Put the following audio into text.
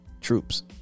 troops